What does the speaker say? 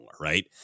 right